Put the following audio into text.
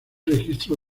registro